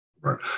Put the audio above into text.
Right